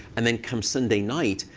and then, come sunday night,